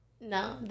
No